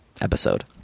episode